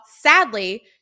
sadly